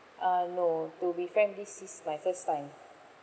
uh no to be frank this is my first time